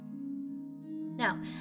Now